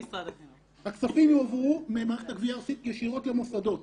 הכספים יועברו ממערכת הגביה הארצית ישירות למוסדות.